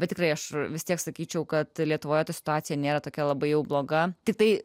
bet tikrai aš vis tiek sakyčiau kad lietuvoje situacija nėra tokia labai jau bloga tiktai